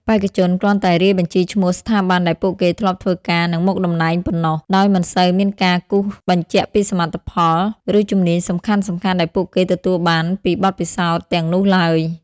បេក្ខជនគ្រាន់តែរាយបញ្ជីឈ្មោះស្ថាប័នដែលពួកគេធ្លាប់ធ្វើការ និងមុខតំណែងប៉ុណ្ណោះ ដោយមិនសូវមានការគូសបញ្ជាក់ពីសមិទ្ធផល ឬជំនាញសំខាន់ៗដែលពួកគេទទួលបានពីបទពិសោធន៍ទាំងនោះឡើយ។